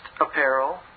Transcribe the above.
apparel